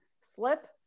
slip